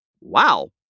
Wow